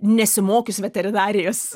nesimokius veterinarijos